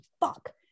fuck